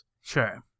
Sure